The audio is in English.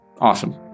Awesome